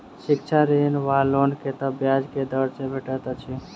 शिक्षा ऋण वा लोन कतेक ब्याज केँ दर सँ भेटैत अछि?